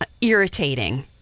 irritating